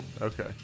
Okay